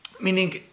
meaning